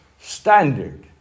standard